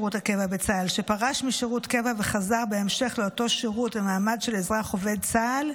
בצה"ל שפרש משירות קבע וחזר בהמשך לאותו שירות במעמד של אזרח עובד צה"ל,